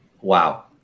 Wow